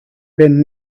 been